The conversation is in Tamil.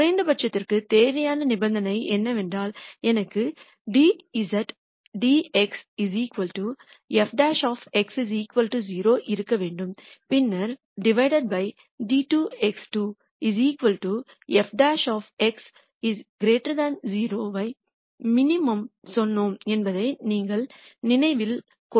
குறைந்தபட்சத்திற்கு தேவையான நிபந்தனை என்னவென்றால் எனக்கு dz dx f ' 0 இருக்க வேண்டும் பின்னர் d2z dx2 f" 0 ஐ மினிமம் சொன்னோம் என்பதை நினைவில் கொள்க